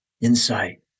insight